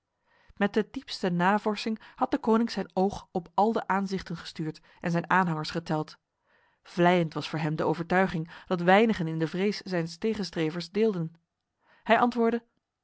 met de diepste navorsing had deconinck zijn oog op al de aanzichten gestuurd en zijn aanhangers geteld vleiend was voor hem de overtuiging dat weinigen in de vrees zijns tegenstrevers deelden hij antwoordde